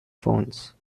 phones